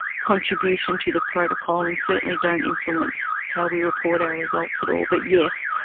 contribution to the protocol and certainly don't influence how we report our results at all. but yes,